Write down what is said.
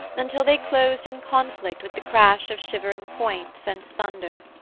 until they closed in conflict with the crash of shivering points, and thunder.